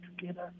together